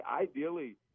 ideally